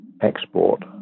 export